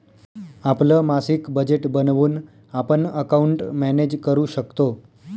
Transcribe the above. आपलं मासिक बजेट बनवून आपण अकाउंट मॅनेज करू शकतो